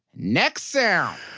next sound!